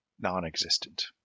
non-existent